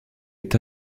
est